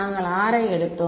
நாங்கள் R ஐ எடுத்தோம்